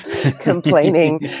complaining